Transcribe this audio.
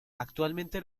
actualmente